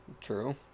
True